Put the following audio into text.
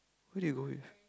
who did you go with